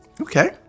Okay